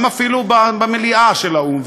אפילו במליאת האו"ם,